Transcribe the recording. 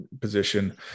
position